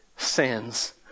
sins